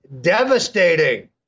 devastating